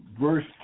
Verse